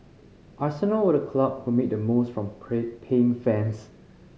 Arsenal were the club who made the most from paying fans